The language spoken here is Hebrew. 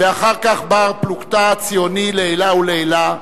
ואחר כך בר-פלוגתא ציוני לעילא ולעילא,